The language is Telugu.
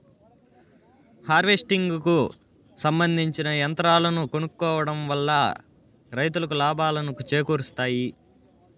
హార్వెస్టింగ్ కు సంబందించిన యంత్రాలను కొనుక్కోవడం వల్ల రైతులకు లాభాలను చేకూరుస్తాయి